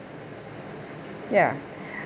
ya